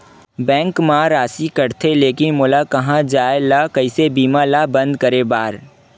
Bank मा राशि कटथे लेकिन मोला कहां जाय ला कइसे बीमा ला बंद करे बार?